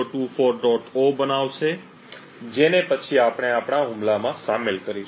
o' બનાવશે જેને પછી આપણે આપણા હુમલામાં સામેલ કરીશું